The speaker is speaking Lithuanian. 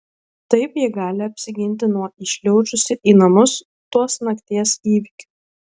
taip ji gali apsiginti nuo įšliaužusių į namus tos nakties įvykių